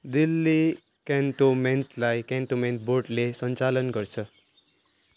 दिल्ली क्यान्टोन्मेन्टलाई क्यान्टोन्मेन्ट बोर्डले सञ्चालन गर्छ